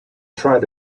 tried